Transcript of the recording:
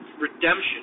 redemption